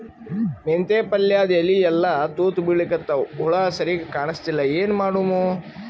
ಮೆಂತೆ ಪಲ್ಯಾದ ಎಲಿ ಎಲ್ಲಾ ತೂತ ಬಿಳಿಕತ್ತಾವ, ಹುಳ ಸರಿಗ ಕಾಣಸ್ತಿಲ್ಲ, ಏನ ಮಾಡಮು?